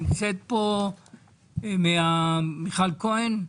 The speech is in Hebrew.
נמצאת פה מיכל כהן?